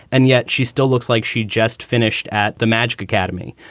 and yet she still looks like she just finished at the magic academy.